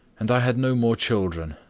and i had no more children,